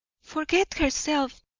forget herself!